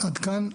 עד כאן.